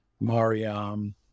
Mariam